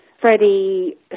Freddie